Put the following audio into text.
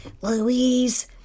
Louise